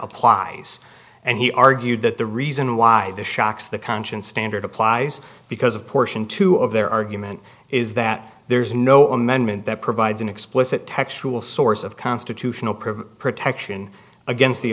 applies and he argued that the reason why this shocks the conscience standard applies because of portion two of their argument is that there's no amendment that provides an explicit textual source of constitutional privilege protection against the